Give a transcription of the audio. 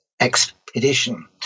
expedition